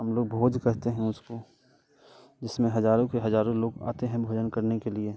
हम लोग भोज कहते हैं उसको जिसमें हजारों के हजारों लोग आते हैं भोजन करने के लिए